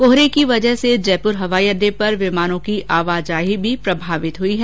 कोहरे की वजह से जयपुर हवाई अडडे पर विमानों की आवाजाही भी प्रभावित हुई है